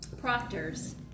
proctors